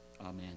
Amen